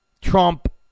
Trump